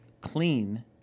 clean